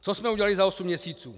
Co jsme udělali za osm měsíců?